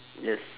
yes